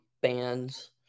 bands